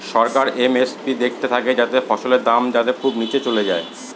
সরকার MSP দেখতে থাকে যাতে ফসলের দাম যাতে খুব নীচে চলে যায়